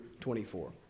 24